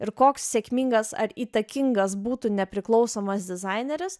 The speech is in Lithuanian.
ir koks sėkmingas ar įtakingas būtų nepriklausomas dizaineris